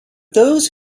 those